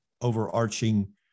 overarching